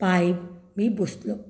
पांय बी दसलो